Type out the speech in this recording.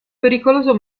pericoloso